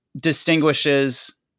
distinguishes